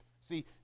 See